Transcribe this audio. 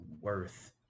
worth